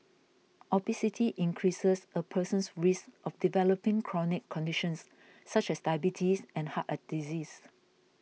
obesity increases a person's risk of developing chronic conditions such as diabetes and heart a disease